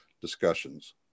discussions